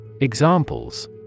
Examples